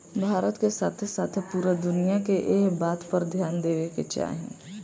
भारत के साथे साथे पूरा दुनिया के एह बात पर ध्यान देवे के चाही